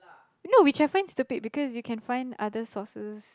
no which I find stupid because you can find other sources